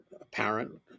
apparent